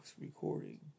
recording